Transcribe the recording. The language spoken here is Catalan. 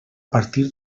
partir